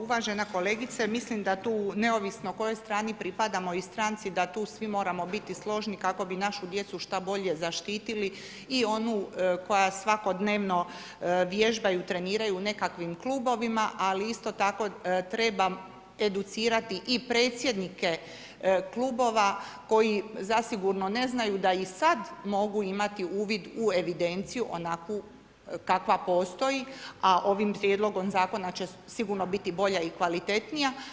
Uvažena kolegice, mislim da tu neovisno kojoj strani pripadamo i stranci da tu svi moramo biti složni kako bi našu djecu šta bolje zaštitili i onu koja svakodnevno vježbaju i treniraju u nekakvim klubovima ali isto tako treba educirati i predsjednike klubova koji zasigurno ne znaju da i sad mogu imati uvid u evidenciju onakvu kakva postoji a ovim prijedlogom zakona će sigurno biti bolja i kvalitetnija.